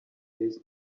his